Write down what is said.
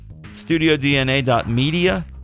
studiodna.media